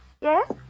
Yes